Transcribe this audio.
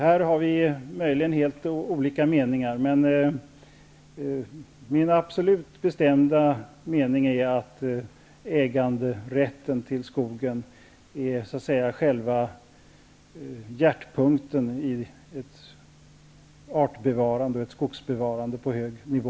Här har vi möjligen helt olika meningar, men min absolut bestämda mening är att äganderätten till skogen är själva hjärtpunkten i ett artbevarande och ett skogsbevarande på hög nivå.